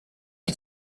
die